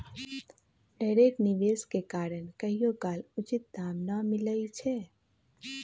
ढेरेक निवेश के कारण कहियोकाल उचित दाम न मिलइ छै